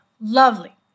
Lovely